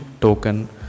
token